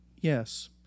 Yes